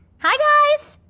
hi guys!